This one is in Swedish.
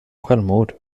självmord